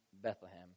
Bethlehem